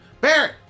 Barrett